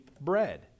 bread